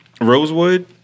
Rosewood